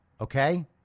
Okay